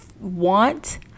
want